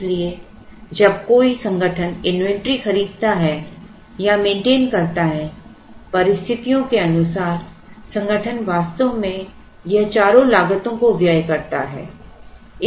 इसलिए जब कोई संगठन इन्वेंटरी खरीदता है या मेंटेन करता है परिस्थितियों के अनुसार संगठन वास्तव में यह चारों लागतों को व्यय करता है